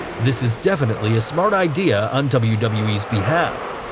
this is definitely a smart idea on wwe's wwe's behalf.